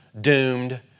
doomed